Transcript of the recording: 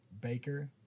Baker